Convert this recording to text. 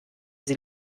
sie